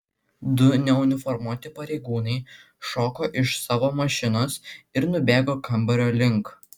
du neuniformuoti pareigūnai šoko iš savo mašinos ir nubėgo kambario link